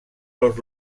los